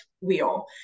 wheel